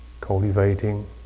cultivating